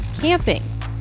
camping